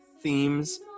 themes